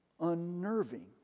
unnerving